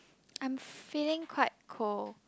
I'm feeling quite cold